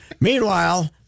Meanwhile